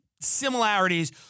similarities